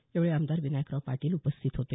या वेळी आमदार विनायकराव पाटील उपस्थित होते